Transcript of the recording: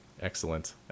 Excellent